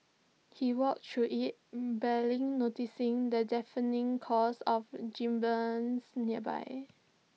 he walks through IT barely noticing the deafening calls of gibbons nearby